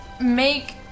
make